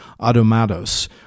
automatos